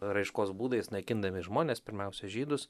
raiškos būdais naikindami žmones pirmiausia žydus